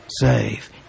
save